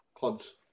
pods